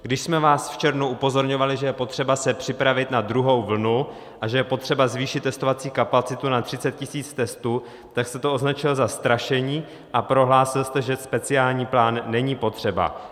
Když jsme vás v červnu upozorňovali, že je potřeba se připravit na druhou vlnu a že je potřeba zvýšit testovací kapacitu na 30 000 testů, tak jste to označil za strašení a prohlásil jste, že speciální plán není potřeba.